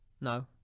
No